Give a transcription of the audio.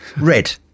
Red